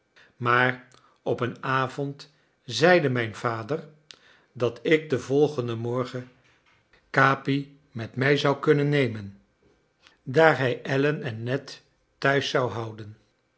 maar op een avond zeide mijn vader dat ik den volgenden morgen capi met mij zou kunnen nemen daar hij allen en ned thuis zou houden